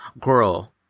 girl